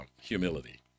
humility